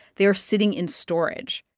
they're sitting in storage